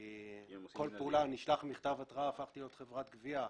כי כל פעולה: שלחתי מכתב התרעה הפכתי להיות חברת גבייה,